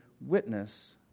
witness